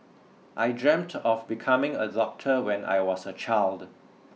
I dreamt of becoming a doctor when I was a child